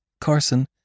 Carson